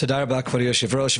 תודה רבה כבוד היושב ראש.